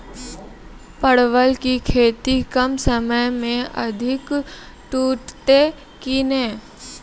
परवल की खेती कम समय मे अधिक टूटते की ने?